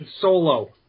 Solo